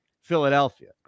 Philadelphia